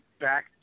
back